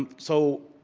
um so,